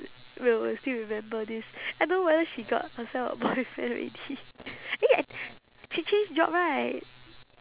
will will still remember this I don't know whether she got herself a boyfriend already eh I she change job right